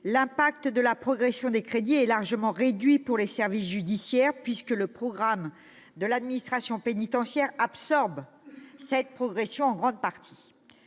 l'impact de la progression des crédits est largement réduit pour les services judiciaires, puisque le programme « Administration pénitentiaire » absorbe en grande partie